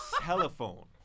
Telephone